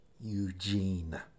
Eugene